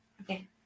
Okay